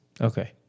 Okay